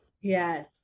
Yes